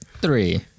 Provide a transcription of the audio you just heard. Three